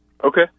Okay